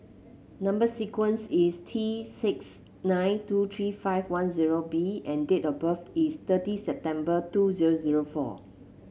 number sequence is T six nine two three five one zero B and date of birth is thirty September two zero zero four